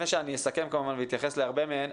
לפני שאני אתייחס להן ואסכם,